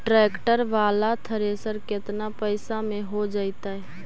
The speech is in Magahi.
ट्रैक्टर बाला थरेसर केतना पैसा में हो जैतै?